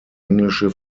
englische